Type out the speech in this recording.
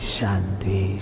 Shanti